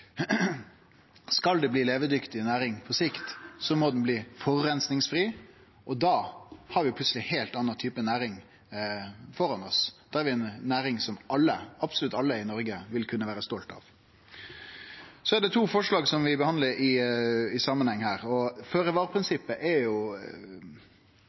Skal det bli ei levedyktig næring på sikt, må næringa bli forureiningsfri. Da har vi plutseleg ei heilt anna type næring framfor oss. Da har vi ei næring som alle, absolutt alle, i Noreg vil kunne vere stolte av. Så er det to forslag vi behandlar i samanheng her.